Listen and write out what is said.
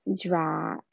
draw